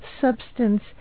substance